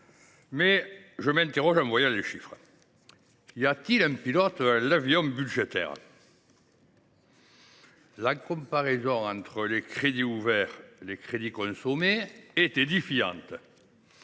mais je m’interroge en voyant les chiffres : y a t il un pilote dans l’avion budgétaire ? La comparaison entre crédits ouverts et crédits consommés est édifiante.